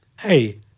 hey